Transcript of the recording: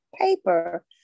paper